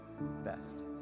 best